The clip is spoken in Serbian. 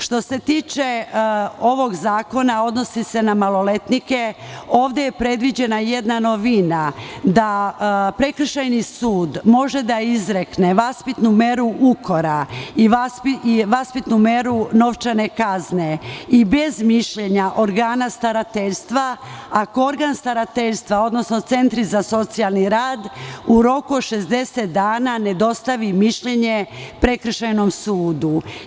Što se tiče ovog zakona, odnosi se na maloletnike, ovde je predviđena jedna novina, da prekršajni sud može da izrekne vaspitnu meru ukora i vaspitnu meru novčane kazne i bez mišljenja organa starateljstva, ako organ starateljstva, odnosno centri za socijalni rad, u roku od 60 dana ne dostavi mišljenje prekršajnom sudu.